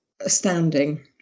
astounding